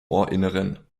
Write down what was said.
ohrinneren